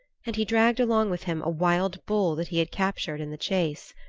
and he dragged along with him a wild bull that he had captured in the chase.